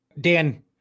Dan